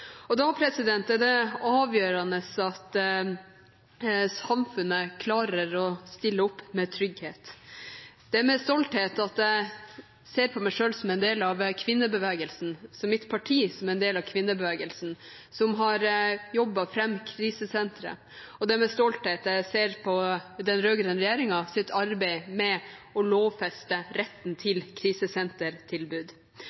for. Da er det avgjørende at samfunnet klarer å stille opp med trygghet. Det er med stolthet jeg ser på meg selv som en del av kvinnebevegelsen og mitt parti som en del av kvinnebevegelsen, som har jobbet fram krisesentre. Og det er med stolthet jeg ser på den rød-grønne regjeringens arbeid med å lovfeste retten